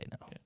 now